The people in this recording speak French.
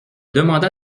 demanda